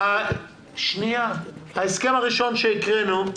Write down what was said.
ההסכם הראשון שהקראנו,